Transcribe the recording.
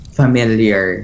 familiar